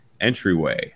entryway